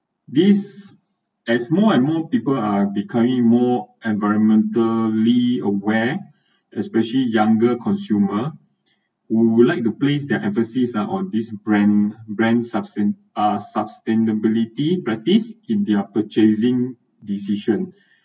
this as more and more people are becoming more environmentally aware especially younger consumer would would like to place their emphasis uh on this brand brand sustain uh sustainability practice in their purchasing decision